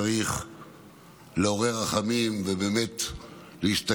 אלה ימים שצריך לעורר בהם רחמים ובאמת להסתכל